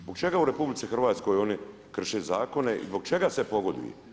Zbog čega u RH oni krše Zakone i zbog čega se pogoduje?